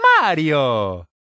Mario